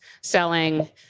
selling